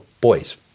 boys